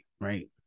right